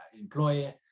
employer